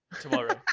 tomorrow